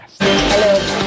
Hello